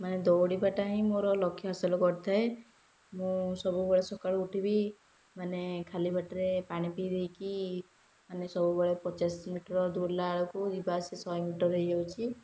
ମାନେ ଦୌଡ଼ିବାଟା ହିଁ ମୋର ଲକ୍ଷ୍ୟ ହାସଲ କରିଥାଏ ମୁଁ ସବୁବେଳେ ସକାଳୁ ଉଠିବି ମାନେ ଖାଲି ପେଟରେ ପାଣି ପିଇଦେଇକି ମାନେ ସବୁବେଳେ ପଚାଶ ମିଟର୍ ଦୌଡ଼ିଲାବେଳକୁ ଯିବା ଆସିବା ଶହେ ମିଟର୍ ହୋଇଯାଉଛି